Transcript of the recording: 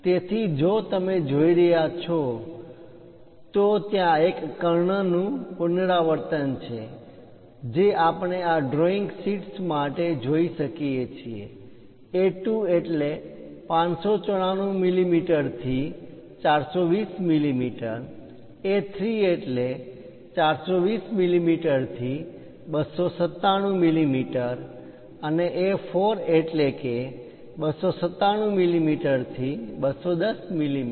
તેથી જો તમે જોઈ રહ્યા હો તો ત્યાં એક કર્ણનું પુનરાવર્તન છે જે આપણે આ ડ્રોઈંગ શીટ્સ માટે જોઈ શકીએ છીએ A2 એટલે કે 594 મીમી થી 420 મીમી A3 એટલે કે 420 મીમી થી 297 મીમી અને A4 એટલે કે 297 મીમી થી 210 મીમી